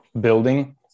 building